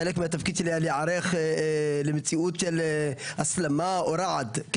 חלק מהתפקיד שלי היה להיערך למציאות של הסלמה או רעד.